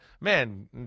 man